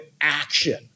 action